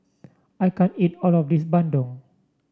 I can't eat all of this Bandung